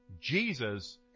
Jesus